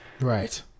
Right